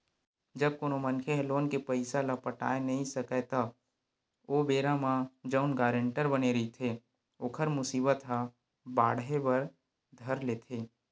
जब कोनो मनखे ह लोन के पइसा ल पटाय नइ सकय त ओ बेरा म जउन गारेंटर बने रहिथे ओखर मुसीबत ह बाड़हे बर धर लेथे